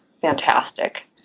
fantastic